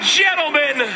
gentlemen